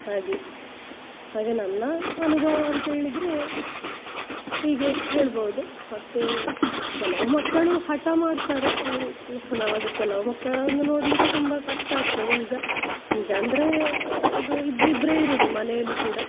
ಹಾಗೆ ಹಾಗೆ ನನ್ನ ಅನುಭವ ಅಂತ್ಹೇಳಿದ್ರೆ ಹೀಗೆ ಹೇಳ್ಬೌದು ಮತ್ತು ಕೆಲವು ಮಕ್ಕಳು ಹಠ ಮಾಡ್ತಾರೆ ಈ ನಾವು ಅದು ಕೆಲವು ಮಕ್ಕಳನ್ನು ನೋಡಲಿಕ್ಕೆ ತುಂಬ ಕಷ್ಟ ಆಗ್ತದೆ ಈಗ ಈಗ ಅಂದರೆ ಇದು ಇಬ್ಬರಿಬ್ರೇ ಇರುವುದು ಮನೆಯಲ್ಲಿ ಕೂಡ